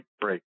break